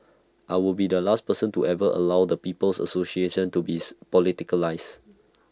I will be the last person to ever allow the people's association to be politicised